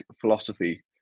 philosophy